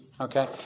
okay